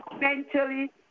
mentally